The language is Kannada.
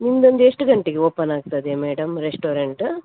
ನಿಮ್ದಂದ್ರೆ ಎಷ್ಟು ಗಂಟೆಗೆ ಓಪನ್ ಆಗ್ತದೆ ಮೇಡಮ್ ರೆಸ್ಟೋರೆಂಟ್